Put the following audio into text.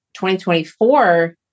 2024